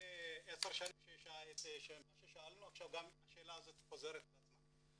לפני עשר שנים, השאלה חוזרת על עצמה.